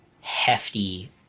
hefty